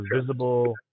visible